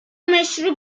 meşru